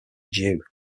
due